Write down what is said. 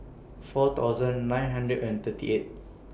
four thousand nine hundred and thirty eighth